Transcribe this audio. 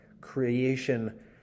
creation